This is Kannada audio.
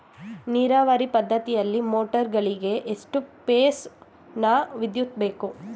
ನೀರಾವರಿ ಪದ್ಧತಿಯಲ್ಲಿ ಮೋಟಾರ್ ಗಳಿಗೆ ಎಷ್ಟು ಫೇಸ್ ನ ವಿದ್ಯುತ್ ಬೇಕು?